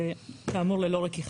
וכאמור ללא רקיחה.